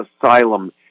asylum